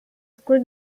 school